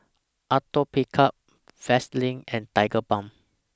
Atopiclair Vaselin and Tigerbalm